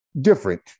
different